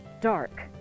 dark